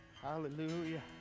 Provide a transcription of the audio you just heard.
Hallelujah